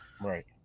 right